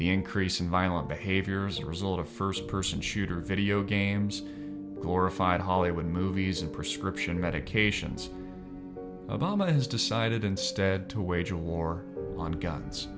the increase in violent behaviors a result of first person shooter video games glorified hollywood movies and prescription medications obama has decided instead to wage a war on guns